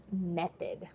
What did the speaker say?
method